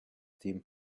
team